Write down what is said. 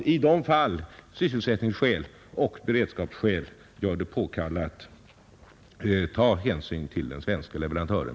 I de fall där sysselsättningsoch beredskapsskäl gör detta påkallat finns det möjligheter att ta hänsyn till den svenska leverantören.